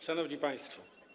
Szanowni Państwo!